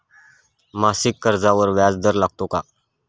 मासिक कर्जावर व्याज दर लागतो का?